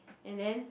and then